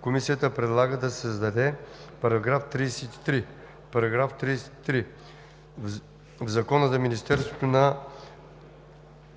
Комисията предлага да се създаде § 33: „§ 33. В Закона за Министерството на